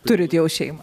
turit jau šeimą